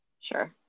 Sure